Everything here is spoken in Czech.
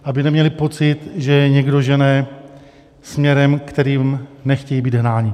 Aby neměli pocit, že je někdo žene směrem, kterým nechtějí být hnáni.